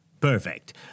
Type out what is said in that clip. Perfect